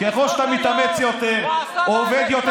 ככל שאתה מתאמץ יותר או עובד יותר,